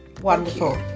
Wonderful